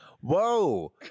whoa